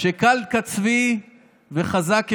שקל כצבי וחזק כשמשון.